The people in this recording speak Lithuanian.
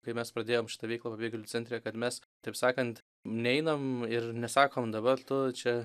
kai mes pradėjom šitą veiklą pabėgėlių centre kad mes taip sakant neinam ir nesakom dabar tu čia